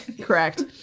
correct